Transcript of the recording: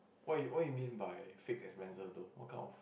what you what you mean by fixed expenses though what kind of